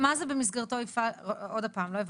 מה זה "במסגרתו יפעל" עוד פעם, לא הבנתי.